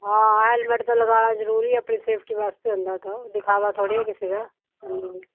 ਹਾਂ ਹੈਲਮੈਟ ਤਾਂ ਲਗਾਉਣਾ ਜ਼ਰੂਰੀ ਆਪਣੀ ਸੇਫਟੀ ਵਾਸਤੇ ਹੁੰਦਾ ਤਾਂ ਦਿਖਾਵਾ ਥੋੜ੍ਹੀ ਆ ਕਿਸੇ ਦਾ ਹਾਂਜੀ ਜੀ